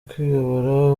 kwiyobora